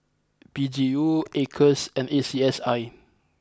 P G U Acres and A C S I